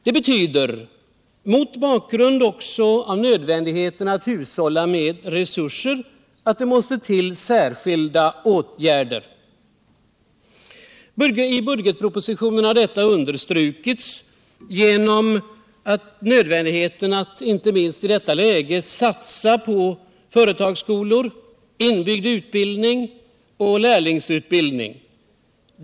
Det betyder — mot bakgrund också av nödvändigheten att hushålla med resurserna — att det måste till särskilda åtgärder. I budgetpropositionen har detta understrukits genom satsningen på företagsskolor, inbyggd utbildning och lärlingsutbildning.